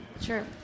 Sure